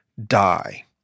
Die